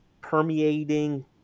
permeating –